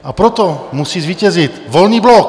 A proto musí zvítězit Volný blok!